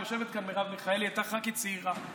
יושבת פה מרב מיכאלי, הייתה ח"כית צעירה.